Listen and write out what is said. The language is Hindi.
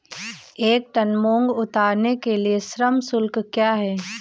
एक टन मूंग उतारने के लिए श्रम शुल्क क्या है?